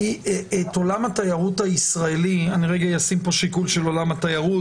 את עולם התיירות הישראלי אני רגע אשים פה שיקול של עולם התיירות